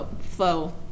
flow